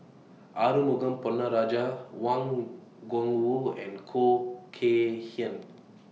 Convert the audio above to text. Arumugam Ponnu Rajah Wang Gungwu and Khoo Kay Hian